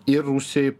ir rusijai